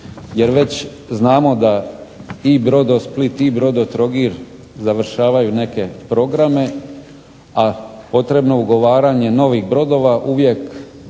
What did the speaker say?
Jer već znamo da i Brodosplit i Brodotrogir završavaju neke programe, a potrebno ugovaranje novih brodova uvijek